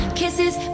kisses